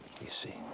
you see,